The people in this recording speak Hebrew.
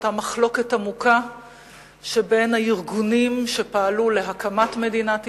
אותה מחלוקת עמוקה שבין הארגונים שפעלו להקמת מדינת ישראל.